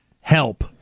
help